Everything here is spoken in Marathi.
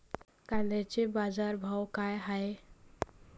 कांद्याचे बाजार भाव का हाये?